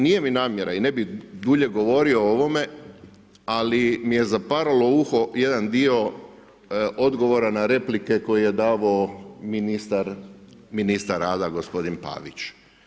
Nije mi namjera i ne bi dulje govorio o ovome, ali mi je zaparalo uho jedan dio odgovora na replike koje je davao ministar rada gospodin Pavić.